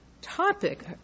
topic